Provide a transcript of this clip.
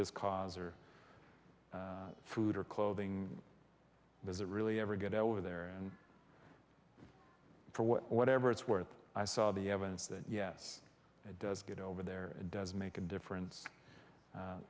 this cause or food or clothing was it really ever get over there and for whatever it's worth i saw the evidence that yes it does get over there it does make a difference